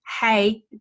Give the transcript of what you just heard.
Hey